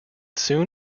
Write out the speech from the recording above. soon